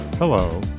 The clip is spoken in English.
Hello